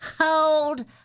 Hold